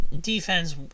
defense